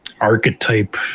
archetype